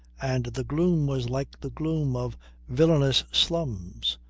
and the gloom was like the gloom of villainous slums,